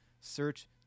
Search